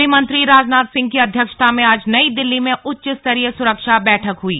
गृहमंत्री राजनाथ सिंह की अध्यक्षता में आज नई दिल्ली में उच्च स्तरीय सुरक्षा बैठक हुई